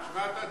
מה אתה צריך?